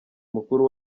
mukuru